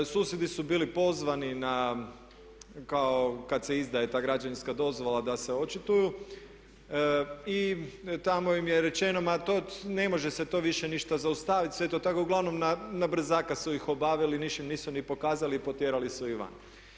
Susjedi su bili pozvani kao kada se izdaje ta građevinska dozvola da se očituju i tamo im je rečeno ma to ne može se to više ništa zaustaviti, sve je to, uglavnom na brzaka su ih obavili, niš ih nisu ni pokazali i potjerali su ih van.